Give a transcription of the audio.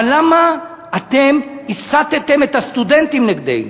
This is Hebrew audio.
אבל למה אתם הסַתם את הסטודנטים נגדנו?